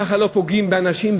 ככה לא פוגעים באנשים,